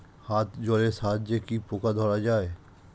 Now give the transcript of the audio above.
হাত জলের সাহায্যে কি পোকা ধরা যায়?